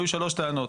היו שלוש טענות: